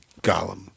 Gollum